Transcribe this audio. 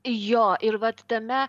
jo ir vat tame